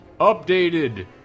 Updated